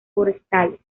forestales